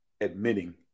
admitting